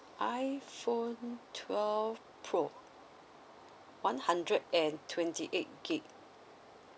iphone twelve pro one hundred and twenty eight gig